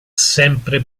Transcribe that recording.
sempre